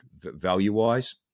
value-wise